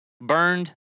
Burned